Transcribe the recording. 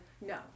no